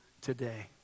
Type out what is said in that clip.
today